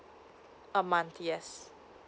a month yes